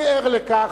אני ער לכך,